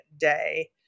day